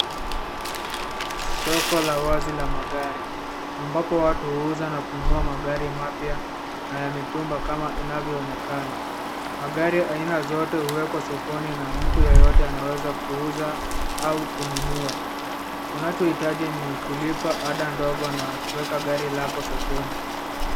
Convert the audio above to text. Soko la wazi la magari, ambapo watu huuza na kununua magari mapya na ya mitumba kama inavyoonekana. Magari aina zote huwekwa sokoni na mtu yeyote anaweza kuuza au kununua. Unachohitaji ni kulipa ada ndogo na kuweka gari lako sokoni.